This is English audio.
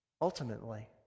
Ultimately